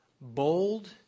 bold